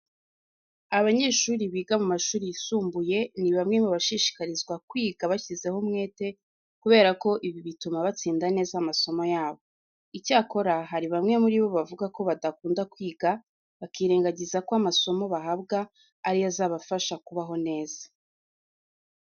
Abanyeshuri biga mu mashuri yisumbuye, ni bamwe mu bashishikarizwa kwiga bashyizeho umwete kubera ko ibi bituma batsinda neza amasomo yabo. Icyakora, hari bamwe muri bo bavuga ko badakunda kwiga bakirengagiza ko amasomo bahabwa ari yo azabafasha kubaho neza.